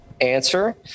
Answer